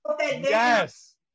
Yes